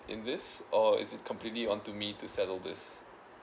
in this or is it completely on to me to settle this